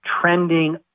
trending